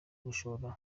gushora